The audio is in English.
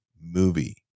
movie